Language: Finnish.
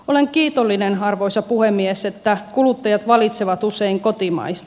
olen kiitollinen arvoisa puhemies että kuluttajat valitsevat usein kotimaista